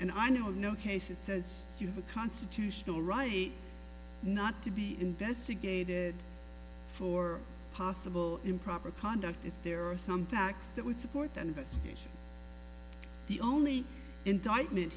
and i know of no case it says you have a constitutional right not to be investigated for possible improper conduct if there are some facts that would support that investigation the only indictment